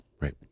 Right